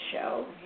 show